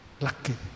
lucky